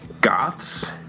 Goths